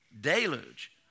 deluge